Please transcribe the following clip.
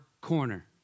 corner